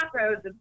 macros